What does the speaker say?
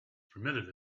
permitted